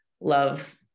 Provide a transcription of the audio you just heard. love